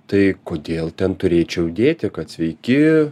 tai kodėl ten turėčiau dėti kad sveiki